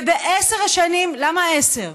ובעשר השנים, למה עשר?